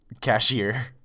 Cashier